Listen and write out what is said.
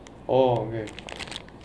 oh okay